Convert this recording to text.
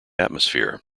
atmosphere